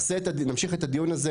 נמשיך את הדיון הזה.